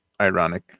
ironic